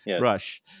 Rush